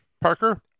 Parker